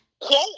quote